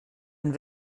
een